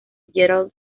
gerald